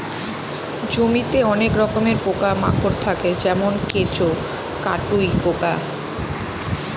জমিতে অনেক রকমের পোকা মাকড় থাকে যেমন কেঁচো, কাটুই পোকা